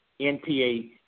NPA